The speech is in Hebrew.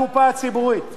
שליש, שליש.